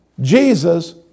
Jesus